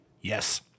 yes